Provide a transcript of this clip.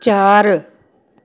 ਚਾਰ